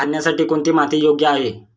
धान्यासाठी कोणती माती योग्य आहे?